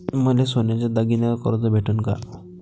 मले सोन्याच्या दागिन्यावर कर्ज भेटन का?